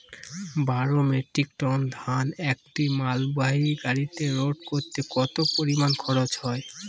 বারো metric ton ধান একটি মালবাহী গাড়িতে লোড করতে কতো পরিমাণ খরচা হয়?